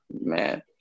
man